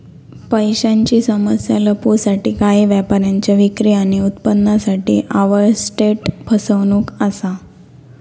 पैशांची समस्या लपवूसाठी काही व्यापाऱ्यांच्या विक्री आणि उत्पन्नासाठी ओवरस्टेट फसवणूक असा